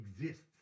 exists